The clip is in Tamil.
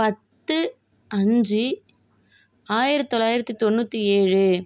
பத்து அஞ்சு ஆயிரத்து தொள்ளாயிரத்து தொண்ணூற்றி ஏழு